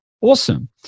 Awesome